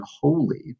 holy